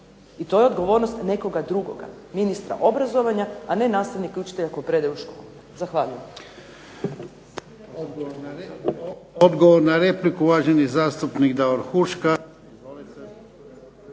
i to je odgovornost nekoga drugoga, ministra obrazovanja, a ne nastavnika i učitelja koji predaju u školama. Zahvaljujem.